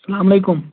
اسَلام علیکُم